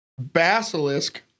Basilisk